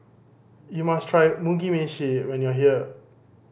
you must try Mugi Meshi when you are here